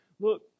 look